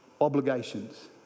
obligations